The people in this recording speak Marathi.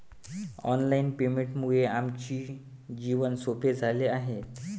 ऑनलाइन पेमेंटमुळे आमचे जीवन सोपे झाले आहे